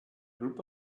group